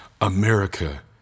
America